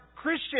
christian